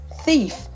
Thief